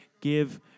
Give